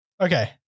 Okay